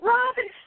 Robin